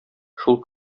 шул